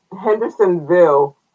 Hendersonville